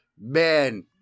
man –